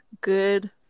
Good